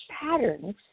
patterns